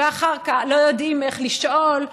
לא יודעים איך לשאול,